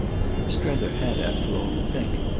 strether had after all to think.